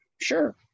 Sure